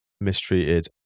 mistreated